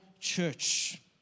church